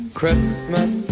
Christmas